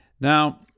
Now